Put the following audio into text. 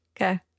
okay